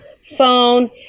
phone